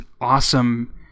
awesome